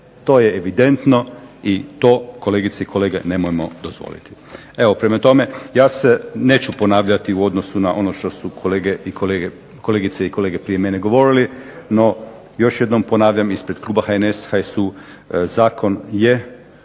To je evidentno, i to kolegice i kolege nemojmo dozvoliti. Evo, prema tome ja se neću ponavljati u odnosu na ono što su kolegice i kolege prije mene govorili, no još jednom ponavljam ispred kluba HNS, HSU zakon je